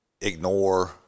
ignore